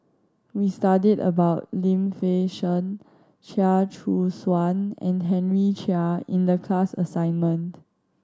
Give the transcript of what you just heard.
we studied about Lim Fei Shen Chia Choo Suan and Henry Chia in the class assignment